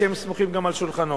הסמוכים על שולחנו.